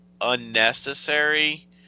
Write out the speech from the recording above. unnecessary